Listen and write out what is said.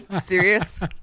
Serious